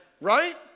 Right